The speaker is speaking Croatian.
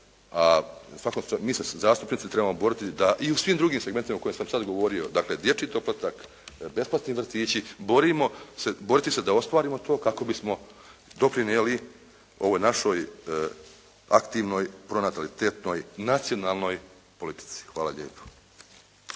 prema naprijed, a mi se zastupnici trebamo boriti da i u svim drugim segmentima o kojima sam sad govorio, dakle dječju doplatak, besplatni vrtići, boriti se da ostvarimo to kako bismo doprinijeli ovoj našoj aktivnoj pronatalitetnoj nacionalnoj politici. Hvala lijepo.